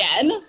again